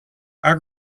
our